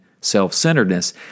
self-centeredness